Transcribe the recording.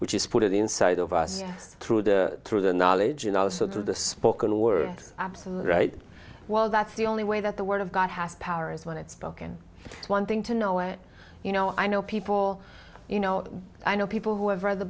which is put inside of us through the through the knowledge and also to the spoken word absolute right while that's the only way that the word of god has powers when it spoken wanting to know what you know i know people you know i know people who have read the